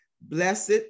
blessed